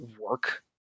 work